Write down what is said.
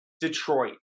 Detroit